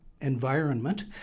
environment